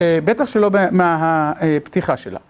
בטח שלא מהפתיחה שלה.